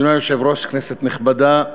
אדוני היושב-ראש, כנסת נכבדה,